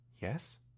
Yes